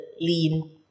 lean